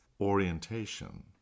orientation